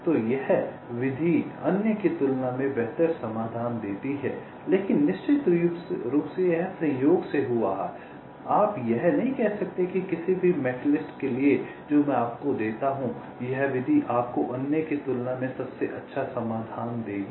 तो यह विधि अन्य की तुलना में बेहतर समाधान देती है लेकिन निश्चित रूप से यह संयोग से हुआ है आप यह नहीं कह सकते हैं कि किसी भी मेटलिस्ट के लिए जो मैं आपको देता हूं यह विधि आपको अन्य की तुलना में सबसे अच्छा समाधान देगी